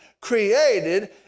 created